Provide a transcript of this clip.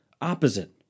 opposite